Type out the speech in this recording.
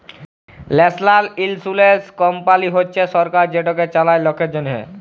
national ইলসুরেলস কমপালি হছে সরকার যেটকে চালায় লকের জ্যনহে